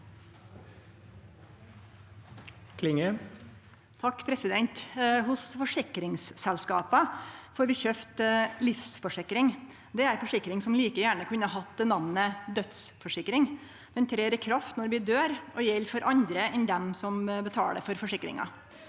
Hos forsikringsselska- pa får vi kjøpt livsforsikring. Det er ei forsikring som like gjerne kunne hatt namnet «dødsforsikring». Ho trer i kraft når vi dør og gjeld for andre enn dei som betaler for forsikringa.